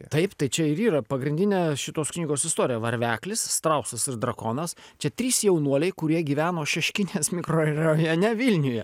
taip tai čia ir yra pagrindinė šitos knygos istorija varveklis strausas ir drakonas čia trys jaunuoliai kurie gyveno šeškinės mikrorajone vilniuje